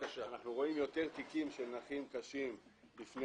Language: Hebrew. אנחנו רואים יותר תיקים של נכים קשים בפני